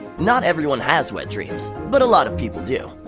not everyone has wet dreams, but a lot of people do.